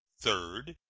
third.